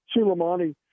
Suleimani